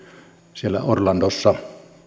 siellä orlandossa